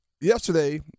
yesterday –